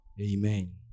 Amen